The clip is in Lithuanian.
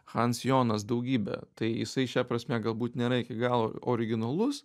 hansijonas daugybė tai jisai šia prasme galbūt nėra iki galo originalus